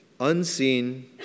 unseen